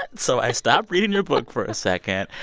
but so i stopped reading your book for a second,